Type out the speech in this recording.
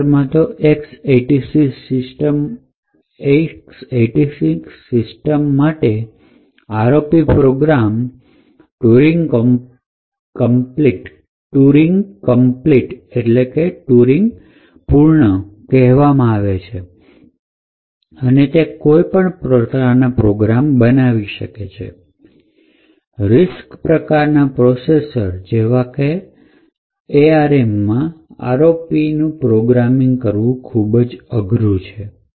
ખરેખરમાં તો x૮૬ સિસ્ટમ માટે ROP પ્રોગ્રામ ટુરિંગ કમ્પલટે કહેવામાં આવે છે અને તે કોઈપણ પ્રકારના પ્રોગ્રામ કરી શકે છે RISC પ્રકારના પ્રોસેસર જેવા કે ARMમા ROP પરનું પ્રોગ્રામિંગ કરું ખૂબ જ અઘરું છે